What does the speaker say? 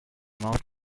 most